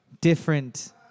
different